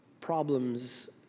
problems